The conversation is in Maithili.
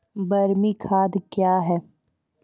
बरमी खाद कया हैं?